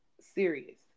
serious